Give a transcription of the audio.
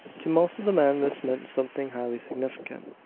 to most of the men this meant something highly significant.